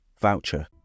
voucher